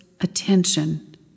attention